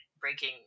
breaking